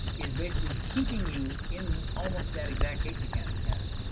is basically keeping you in almost that exact gait mechanic pattern.